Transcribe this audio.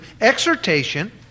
exhortation